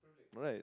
right